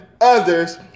others